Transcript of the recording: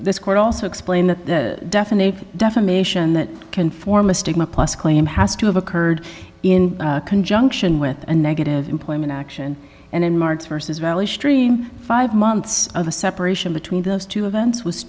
this court also explained that the definition of defamation that can form a stigma plus claim has to have occurred in conjunction with a negative employment action and in march versus valley stream five months of a separation between those two events was